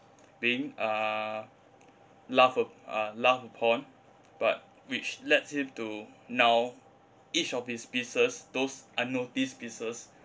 being uh laugh up~ uh laugh upon but which leads him to now each of these pieces those unnoticed pieces